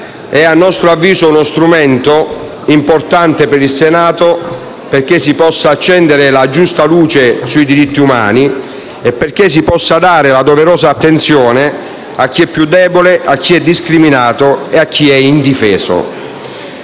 A nostro avviso questo è uno strumento importante per il Senato, perché si possa accendere la giusta luce sui diritti umani e perché si possa dare la doverosa attenzione a chi è più debole, a chi è discriminato e a chi è indifeso.